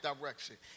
direction